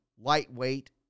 lightweight